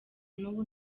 nubu